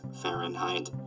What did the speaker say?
Fahrenheit